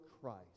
Christ